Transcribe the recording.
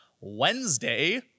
wednesday